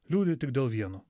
liūdi tik dėl vieno